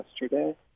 yesterday